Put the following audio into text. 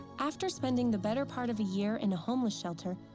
after spending the better part of a year in a homeless shelter,